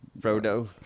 Frodo